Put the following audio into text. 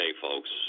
folks